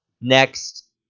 next